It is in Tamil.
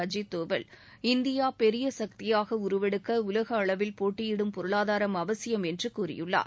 அஜித் டோவல் இந்தியா பெரிய சக்தியாக உருவெடுக்க உலக அளவில் போட்டியிடும் பொருளாதாரம் அவசியம் என்று கூறியுள்ளார்